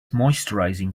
moisturising